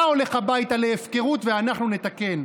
אתה הולך הביתה להפקרות, ואנחנו נתקן.